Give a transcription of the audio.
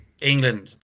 England